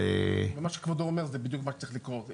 מה שכבודו אומר זה בדיוק מה שצריך לקרות.